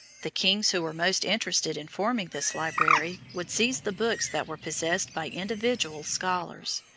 the kings who were most interested in forming this library would seize the books that were possessed by individual scholars,